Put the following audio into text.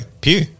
Pew